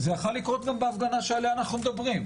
זה יכול היה לקרות גם בהפגנה שעליה אנחנו מדברים,